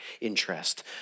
interest